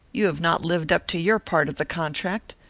you have not lived up to your part of the contract,